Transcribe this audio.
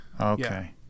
Okay